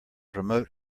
remote